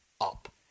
up